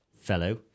fellow